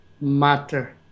matter